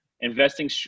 investing